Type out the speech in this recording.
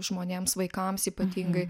žmonėms vaikams ypatingai